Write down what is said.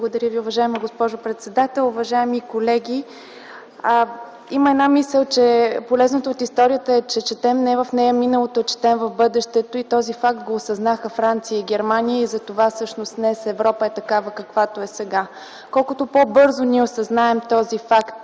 Благодаря Ви, уважаема госпожо председател. Уважаеми колеги, има една мисъл, че полезното от историята е, че четем не в нея миналото, а четем в бъдещето и този факт го осъзнаха Франция и Германия и затова всъщност днес Европа е такава, каквато е сега. Колкото по-бързо осъзнаем този факт,